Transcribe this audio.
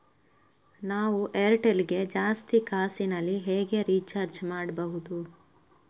ನಾವು ಏರ್ಟೆಲ್ ಗೆ ಜಾಸ್ತಿ ಕಾಸಿನಲಿ ಹೇಗೆ ರಿಚಾರ್ಜ್ ಮಾಡ್ಬಾಹುದು?